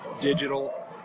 digital